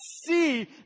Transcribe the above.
see